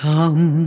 Come